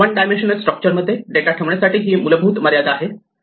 one dimensional structure मध्ये data ठेवण्यासाठी ही मूलभूत मर्यादा आहे